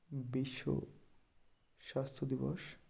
বিশ্ব স্বাস্থ্য দিবস